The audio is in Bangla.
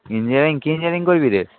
ইঞ্জিনিয়ারিং কী ইঞ্জিনিয়ারিং করবি রে